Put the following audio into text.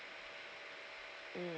mm